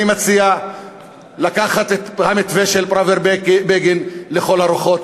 אני מציע לקחת את המתווה של פראוור-בגין לכל הרוחות,